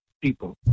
people